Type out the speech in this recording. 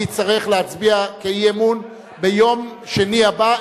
אני אצטרך להצביע כאי-אמון ביום שני הבא,